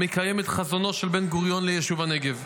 המקיים את חזונו של בן-גוריון ליישוב הנגב.